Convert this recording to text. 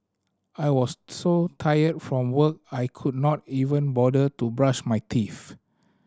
I was so tired from work I could not even bother to brush my teeth